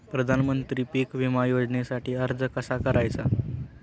प्रधानमंत्री पीक विमा योजनेसाठी अर्ज कसा करायचा?